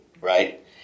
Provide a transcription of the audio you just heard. right